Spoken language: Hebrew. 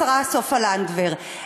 השרה סופה לנדבר,